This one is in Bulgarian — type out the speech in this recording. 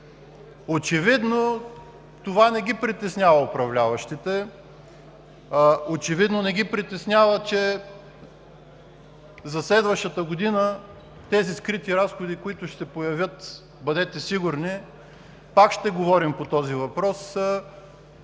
Очевидно това не притеснява управляващите. Очевидно не ги притеснява, че за следващата година тези скрити разходи, които ще се появят – бъдете сигурни, пак ще говорим по този въпрос,